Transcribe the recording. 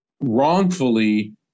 wrongfully